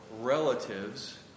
relatives